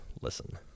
listen